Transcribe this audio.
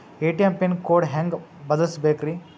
ATM pin code ಹೆಂಗ್ ಬದಲ್ಸ್ಬೇಕ್ರಿ?